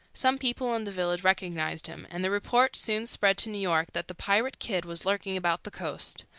some people in the village recognized him, and the report soon spread to new york that the pirate kidd was lurking about the coast.